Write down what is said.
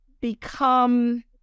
become